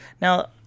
Now